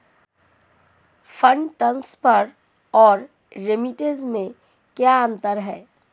Fund transfer और remittance में क्या अंतर है?